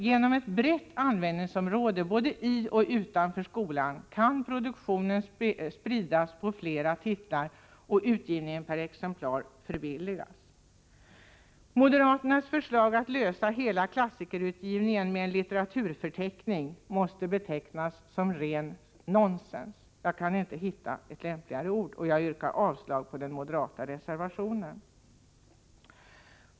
Genom ett brett användningsområde, både i och utanför skolan, kan produktionen spridas på flera titlar och utgivningskostnaden per exemplar bli lägre. Moderaternas förslag att lösa hela frågan om klassikerutgivningen med en litteraturförteckning måste betecknas som rent nonsens — jag kan inte hitta ett lämpligare ord, och jag yrkar avslag på den moderata reservationen.